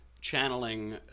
channeling